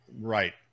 right